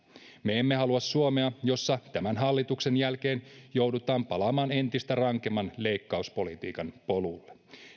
me emme halua suomea jossa tämän hallituksen jälkeen joudutaan palaamaan entistä rankemman leikkauspolitiikan polulle